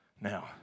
Now